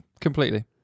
completely